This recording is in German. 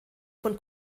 von